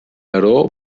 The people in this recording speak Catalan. daró